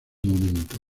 momento